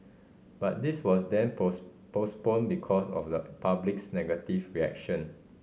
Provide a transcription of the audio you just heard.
but this was then post postponed because of the public's negative reaction